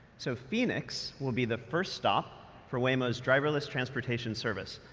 so, phoenix will be the first stop for waymo's driverless transportation service,